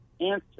answer